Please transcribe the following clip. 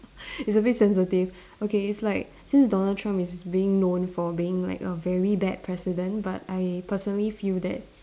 it's a bit sensitive okay it's like since Donald Trump is being known for being like a very bad president but I personally feel that